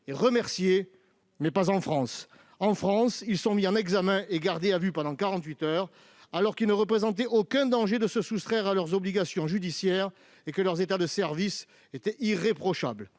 et remerciés, mais pas en France ! Dans notre pays, ils sont mis en examen et gardés à vue pendant quarante-huit heures, alors même qu'ils ne présentaient aucun danger de se soustraire à leurs obligations judiciaires et que leurs états de service étaient irréprochables.